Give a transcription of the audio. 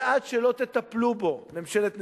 ועד שלא תטפלו בו, ממשלת נתניהו,